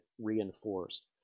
reinforced